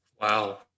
wow